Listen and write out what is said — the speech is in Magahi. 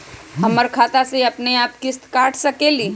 हमर खाता से अपनेआप किस्त काट सकेली?